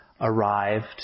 arrived